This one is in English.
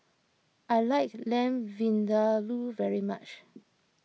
I like Lamb Vindaloo very much